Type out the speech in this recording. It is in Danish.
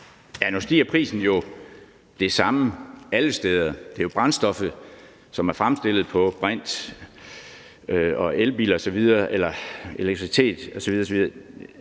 Nu stiger prisen jo det samme alle steder; det er jo brændstof, som er fremstillet af brint og elektricitet osv., især